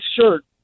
shirt